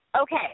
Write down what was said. Okay